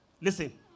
listen